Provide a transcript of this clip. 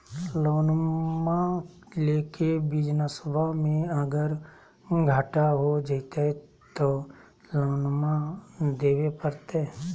लोनमा लेके बिजनसबा मे अगर घाटा हो जयते तो लोनमा देवे परते?